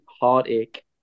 heartache